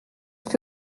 fait